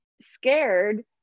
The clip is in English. scared